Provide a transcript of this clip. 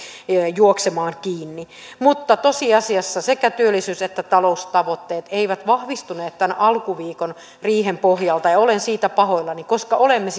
juoksemaan kiinni mutta tosiasiassa sekä työllisyys että taloustavoitteet eivät vahvistuneet tämän alkuviikon riihen pohjalta ja ja olen siitä pahoillani koska olemme